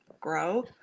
grow